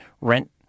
rent